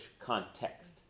context